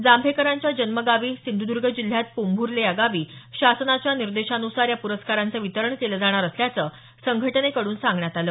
जांभेकरांच्या जन्मगावी सिंधुदूर्ग जिल्ह्यात पोंभुर्ले या गावी शासनाच्या निर्देशानुसार या पुरस्कारांचं वितरण केलं जाणार असल्याचं संघटनेकडून सांगण्यात आलं